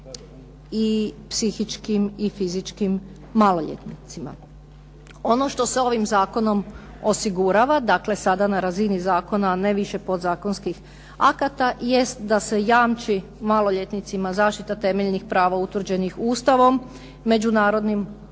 i psihičkim i fizičkim maloljetnicima. Ono što se ovim zakonom osigurava, dakle sada na razini zakona, a ne više podzakonskih akata jest da se jamči maloljetnicima zaštita temeljnih prava utvrđenih Ustavom, međunarodnim